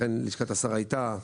לכן לשכת השר הייתה,